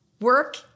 work